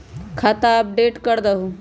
खाता अपडेट करदहु?